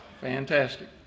Fantastic